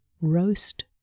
roast